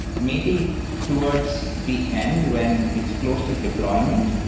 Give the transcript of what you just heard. maybe towards the end when it's close to deployment,